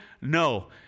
No